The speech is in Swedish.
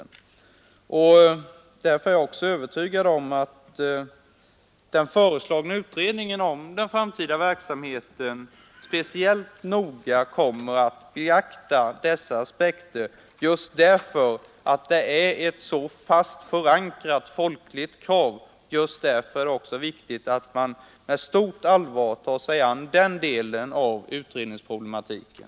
Därför är jag också övertygad om att den föreslagna utredningen om den framtida verksamheten speciellt noga kommer att beakta dessa aspekter. Just därför att det är ett så fast förankrat folkligt krav är det också viktigt att man med stort allvar tar sig an den delen av utredningsproblematiken.